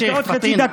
יש לי עוד חצי דקה.